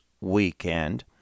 weekend